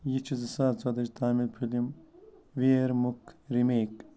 یہِ چھُ زٕ ساس ژۄدہِچ تامل فلم ویرمُک ریمیک